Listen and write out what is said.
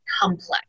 complex